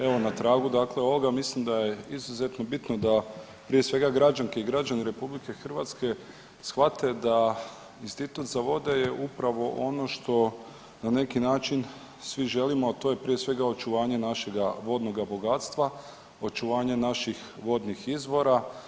Evo na tragu dakle ovoga mislim da je izuzetno bitno da prije svega građanke i građani RH shvate da Institut za vode je upravo ono što na neki način svi želimo, a to je prije svega očuvanje našega vodnoga bogatstva, očuvanje naših vodnih izvora.